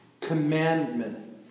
commandment